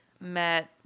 met